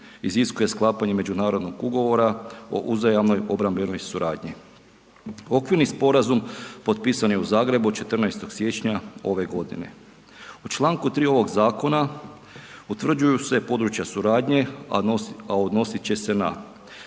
iziskuje sklapanje međunarodnog ugovora o uzajamnoj obrambenoj suradnji. Okvirni sporazum potpisan je u Zagrebu 14. siječnja ove godine. U članku 3. ovog Zakona utvrđuju se područja suradnje a odnositi će se na